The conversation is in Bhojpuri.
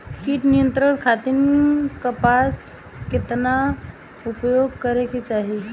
कीट नियंत्रण खातिर कपास केतना उपयोग करे के चाहीं?